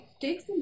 takes